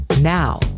Now